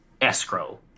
escrow